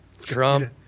Trump